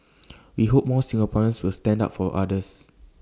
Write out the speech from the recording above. he hopes more Singaporeans will stand up for others